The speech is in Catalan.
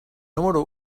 número